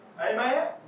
Amen